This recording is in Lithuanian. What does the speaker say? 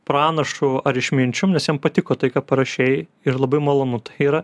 pranašu ar išminčium nes jam patiko tai ką parašei ir labai malonu tai yra